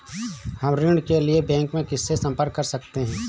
हम ऋण के लिए बैंक में किससे संपर्क कर सकते हैं?